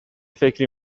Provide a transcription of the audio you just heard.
فکری